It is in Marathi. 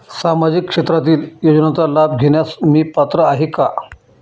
सामाजिक क्षेत्रातील योजनांचा लाभ घेण्यास मी पात्र आहे का?